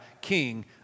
king